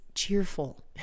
cheerful